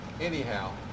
anyhow